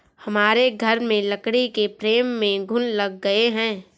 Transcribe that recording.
हमारे घर में लकड़ी के फ्रेम में घुन लग गए हैं